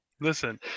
Listen